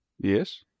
Yes